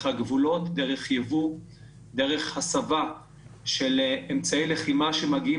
הגבולות; דרך ייבוא; דרך הסבה של אמצעי לחימה שמגיעים